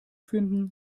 finden